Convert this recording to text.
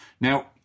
Now